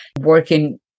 working